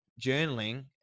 journaling